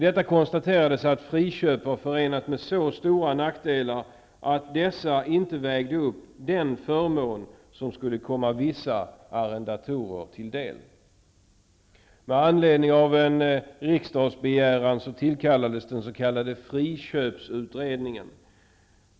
Man konstaterade att ett friköp var förenat med så stora nackdelar att dessa inte uppvägde de fördelar som skulle komma vissa arrendatorer till del. Med anledning av en riksdagsbegäran tillsattes den s.k. friköpsutredningen.